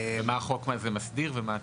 מה החוק הזה מסדיר ומה התיקון?